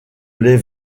les